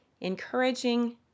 encouraging